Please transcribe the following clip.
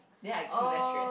then I feel very stress